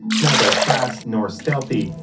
neither fast nor stealthy,